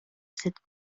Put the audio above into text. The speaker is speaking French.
cette